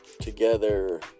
together